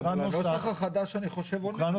לא, הנוסח החדש עונה על זה.